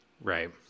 Right